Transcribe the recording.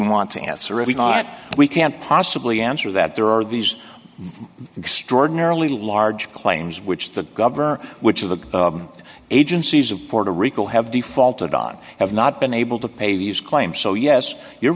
want to answer really not we can't possibly answer that there are these extraordinarily large claims which the governor which of the agencies of puerto rico have defaulted on have not been able to pay these claims so yes you're